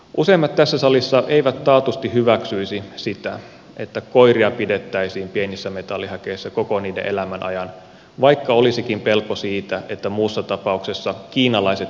useimmat tässä salissa eivät taatusti hyväksyisi sitä että koiria pidettäisiin pienissä metallihäkeissä koko niiden elämän ajan vaikka olisikin pelko siitä että muussa tapauksessa kiinalaiset tekisivät samoin